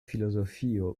filozofio